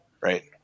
right